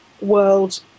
world